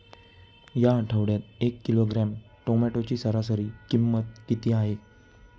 या आठवड्यात एक किलोग्रॅम टोमॅटोची सरासरी किंमत किती आहे?